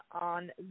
on